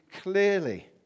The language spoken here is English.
clearly